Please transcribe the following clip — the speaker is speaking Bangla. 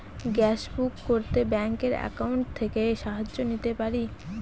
গ্যাসবুক করতে ব্যাংকের অ্যাকাউন্ট থেকে সাহায্য নিতে পারি?